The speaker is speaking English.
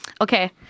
Okay